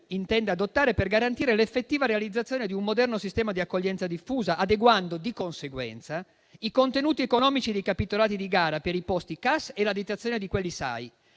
intenda adottare per garantire l'effettiva realizzazione di un moderno sistema di accoglienza diffusa, adeguando, di conseguenza, i contenuti economici dei capitolati di gara per i posti nei centri di accoglienza